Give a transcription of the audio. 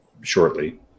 shortly